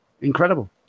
Incredible